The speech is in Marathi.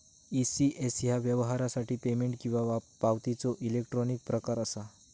ई.सी.एस ह्या व्यवहारासाठी पेमेंट किंवा पावतीचो इलेक्ट्रॉनिक प्रकार असा